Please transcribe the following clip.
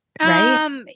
Right